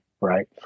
right